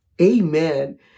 Amen